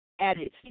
added